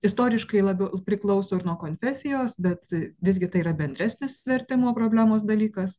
istoriškai labiau priklauso ir nuo konfesijos bet visgi tai yra bendresnis vertimo problemos dalykas